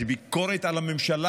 זאת ביקורת על הממשלה,